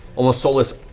almost soulless,